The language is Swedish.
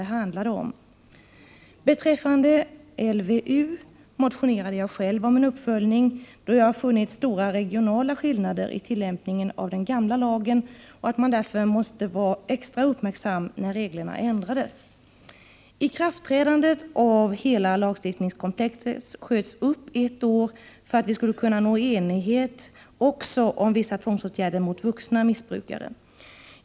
Beträffande lagen om vård av unga motionerade jag själv om en uppföljning, då jag funnit stora regionala skillnader i tillämpningen av den gamla lagen och ansåg att man därför måste vara extra uppmärksam när reglerna ändrades. Ikraftträdandet av hela lagstiftningskomplexet sköts upp ett år för att vi skulle kunna nå enighet även om vissa tvångsåtgärder mot vuxna missbrukare.